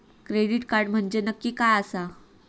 Credit card म्हंजे नक्की काय आसा?